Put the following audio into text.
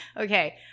Okay